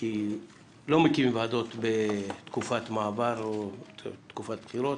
כי לא מקימים ועדות בתקופת מעבר או בתקופת בחירות.